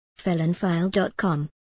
felonfile.com